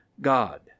God